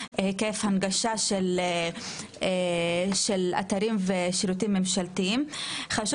שהיקף הנגשת אתרים ושירותים ממשלתיים היה 10%. חשוב